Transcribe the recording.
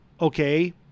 Okay